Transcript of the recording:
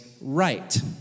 right